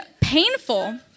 painful